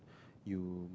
you